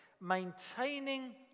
maintaining